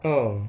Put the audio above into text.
oh